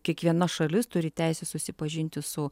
kiekviena šalis turi teisę susipažinti su